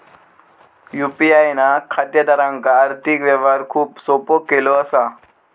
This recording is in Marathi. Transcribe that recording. यू.पी.आय ना खातेदारांक आर्थिक व्यवहार खूप सोपो केलो असा